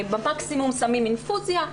מקסימום שמים אינפוזיה,